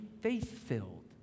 faith-filled